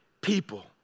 people